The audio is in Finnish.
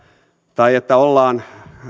tai että ollaan